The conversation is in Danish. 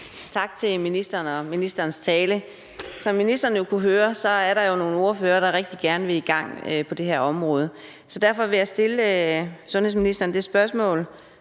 Tak til ministeren for talen. Som ministeren jo kunne høre, er der jo nogle ordførere, der rigtig gerne vil i gang på det her område, så jeg vil spørge sundhedsministeren: Hvornår